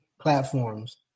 platforms